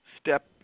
step